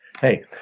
Hey